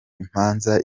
imanza